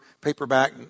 paperback